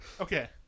Okay